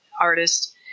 artist